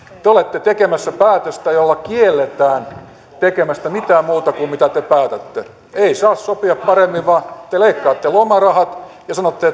te olette tekemässä päätöstä jolla kielletään tekemästä mitään muuta kuin mitä te päätätte ei saa sopia paremmin vaan te leikkaatte lomarahat ja sanotte